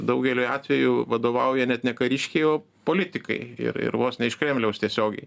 daugeliu atveju vadovauja net ne kariškiai o politikai ir ir vos ne iš kremliaus tiesiogiai